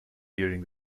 during